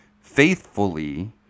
faithfully